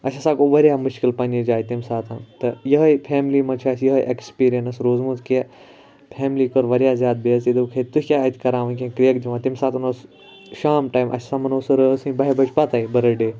اَسہِ ہَسا گوٚو واریاہ مُشکِل پَننہِ جایہِ تمہِ ساتہٕ تہٕ یِہے فیملی مَنٛزچھِ اَسہِ یِہے ایٚکٕسپیریَنٕس روٗزمٕژ کہِ فیملی کٔر واریاہ زیادٕ بے عزتی دوٚپُکھ ہے تُہۍ کیاہ اَتہِ کَران ونکیٚن کریٚکہٕ دِوان تمہِ ساتَن اوس شام ٹایِم اَسہِ سا مَنوو سُہ رٲژ سٕنٛزِ بَہہِ بَجہِ پَتے بٔرتھ ڈے